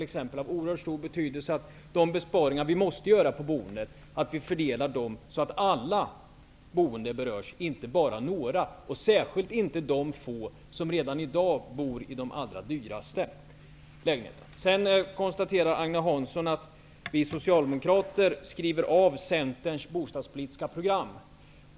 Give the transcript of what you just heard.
Därför är det av oerhört stor betydelse att vi fördelar de besparingar vi måste göra på boendet så att alla boende berörs, inte bara några och sär skilt inte de få som redan i dag bor i de allra dy raste lägenheterna. Sedan konstaterar Agne Hansson att vi social demokrater skriver av Centerns bostadspolitiska program.